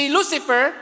Lucifer